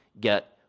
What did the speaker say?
get